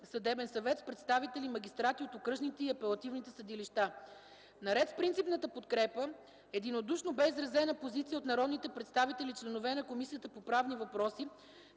съдебен съвет, с представители – магистрати от окръжните и апелативните съдилища; - Наред с принципната подкрепа, единодушно бе изразена позиция от народните представители – членове на Комисията по правни въпроси,